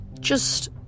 Just